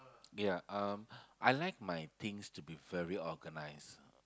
ya um I like my things to be very organised